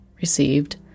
received